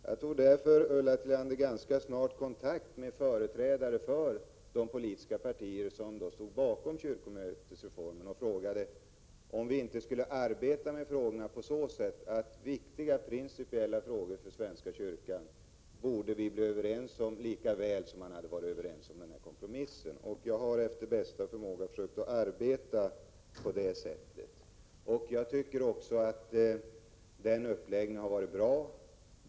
Jag tog därför, Ulla Tillander, ganska snart kontakt med företrädare för de politiska partier som stod bakom kyrkomötesreformen och frågade om vi inte skulle arbeta med frågorna på så sätt att vi i viktiga principiella frågor för svenska kyrkan kunde bli överens, lika väl som man hade varit överens om kompromissen. Jag har efter bästa förmåga försökt arbeta på detta sätt. Jag tycker att denna uppläggning har varit bra.